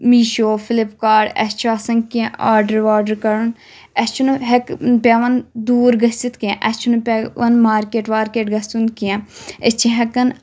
Meesho Flipkart اَسہِ چھ آسان کینٛہہ آرڈَر واڈَر کَرُن اسہِ چھنہٕ ہٮ۪ک پؠوان دوٗر گٔژھِتھ کینٛہہ اَسہِ چھنہٕ پؠوان مارکؠٹ وارکؠٹ گَژھُن کینٛہہ أسۍ چھ ہؠکان